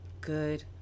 good